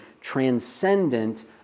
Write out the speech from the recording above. transcendent